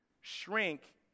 shrink